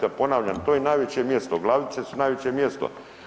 A ponavljam, to je najveće mjesto, Glavice su najveće mjesto.